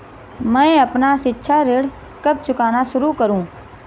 मैं अपना शिक्षा ऋण कब चुकाना शुरू करूँ?